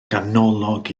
ganolog